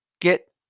get